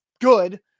good